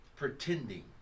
pretending